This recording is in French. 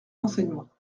renseignements